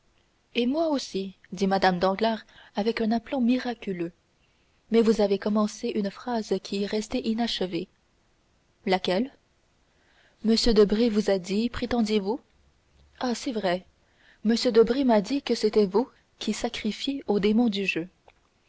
et moi aussi dit mme danglars avec un aplomb miraculeux mais vous avez commencé une phrase qui est restée inachevée laquelle m debray vous a dit prétendiez vous ah c'est vrai m debray m'a dit que c'était vous qui sacrifiiez au démon du jeu